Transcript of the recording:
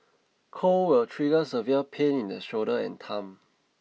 cold will trigger severe pain in the shoulder and thumb